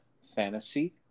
fantasy